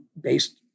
based